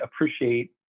appreciate